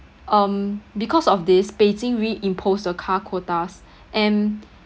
um because of this beijing reimposed the car quotas and